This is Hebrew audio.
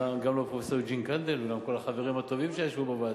גם לא פרופסור יוג'ין קנדל וגם כל החברים הטובים שישבו בוועדה.